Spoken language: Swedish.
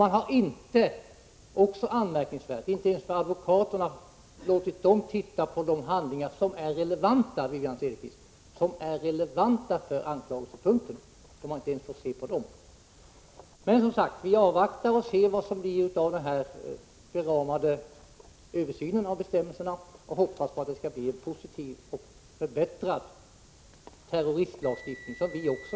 Man har inte ens — det är också anmärkningsvärt — låtit advokaterna titta på de handlingar som är relevanta för anklagelsepunkterna. Men, som sagt, vi avvaktar och ser vad som blir av den beramade översynen av bestämmelserna och hoppas att det skall bli en förbättrad terroristlagstiftning.